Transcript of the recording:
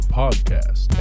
podcast